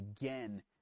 again